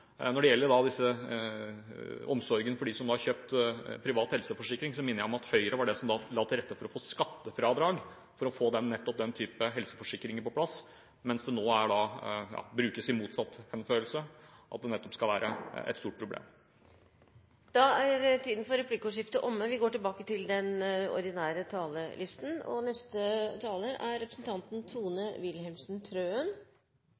Når det gjelder omsorgen for dem som har kjøpt privat helseforsikring, minner jeg om at Høyre var dem som la til rette for å få skattefradrag for å få nettopp den typen helseforsikringer på plass, mens det nå framføres motsatt: at det nettopp skal være et stort problem. Replikkordskiftet er dermed omme. Mye er bra i det norske helsevesen, både i spesialisthelsetjenesten og